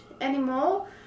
anymore